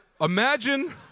Imagine